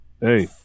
Hey